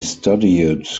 studied